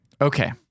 Okay